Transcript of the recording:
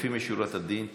לפנים משורת הדין תיגש,